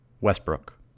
Westbrook